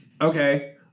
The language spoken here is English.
okay